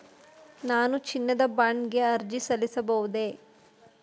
ನಾನು ಚಿನ್ನದ ಬಾಂಡ್ ಗೆ ಅರ್ಜಿ ಸಲ್ಲಿಸಬಹುದೇ?